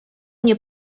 nie